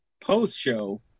post-show